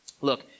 Look